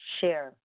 share